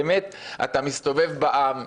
באמת, אתה מסתובב בעם,